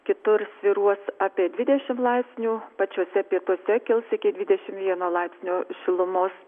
kitur svyruos apie dvidešimt laipsnių pačiuose pietuose kils iki dvidešimt vieno laipsnio šilumos